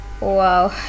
wow